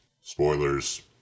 Spoilers